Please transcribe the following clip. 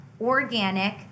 organic